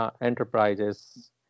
Enterprises